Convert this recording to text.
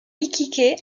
iquique